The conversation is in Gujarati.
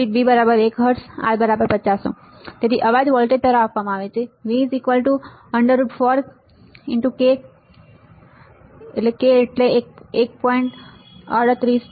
B 1 HZ પ્રતિકાર R 50 Ω તેથી અવાજ વોલ્ટેજ દ્વારા આપવામાં આવે છે V √4 ×1